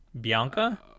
Bianca